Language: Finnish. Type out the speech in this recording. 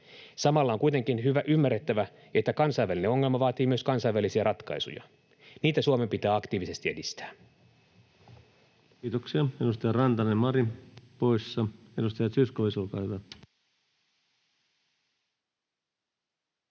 Samalla on kuitenkin ymmärrettävä, että kansainvälinen ongelma vaatii myös kansainvälisiä ratkaisuja. Niitä Suomen pitää aktiivisesti edistää. [Speech 231] Speaker: Ensimmäinen varapuhemies Antti